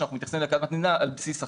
מתייחסים אליה כאל אדמת מדינה על בסיס הכרזה.